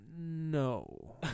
No